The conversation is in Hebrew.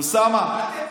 אוסאמה.